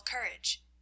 courage